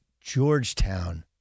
Georgetown